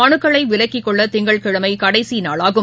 மனுக்களைவிலக்கிக்கொள்ளதிங்கட்கிழமைகடைசிநாளாகும்